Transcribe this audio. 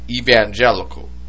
evangelical